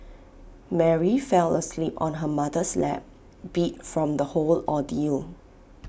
Mary fell asleep on her mother's lap beat from the whole ordeal